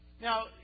Now